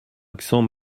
accent